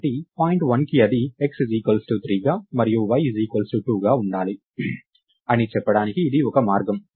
కాబట్టి పాయింట్ 1కి అది x 3గా మరియు y 2గా ఉండాలి అని చెప్పడానికి ఇది ఒక మార్గం